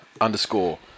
underscore